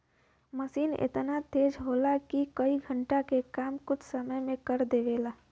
मसीन एतना तेज होला कि कई घण्टे के काम कुछ समय मे कर देवला